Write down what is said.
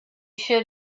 should